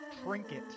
trinket